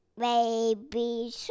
Baby